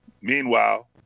Meanwhile